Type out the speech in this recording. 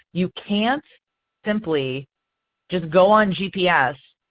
you can't simply just go on gps,